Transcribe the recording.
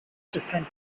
different